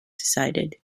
decided